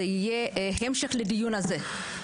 יהיה המשך לדיון הזה.